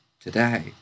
today